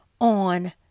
on